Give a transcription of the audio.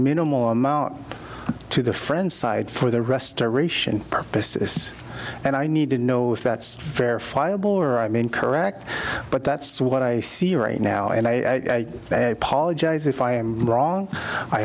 minimal amount to the fur inside for the restoration purposes and i need to know if that's verifiable or i mean correct but that's what i see right now and i apologize if i am wrong i